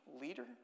leader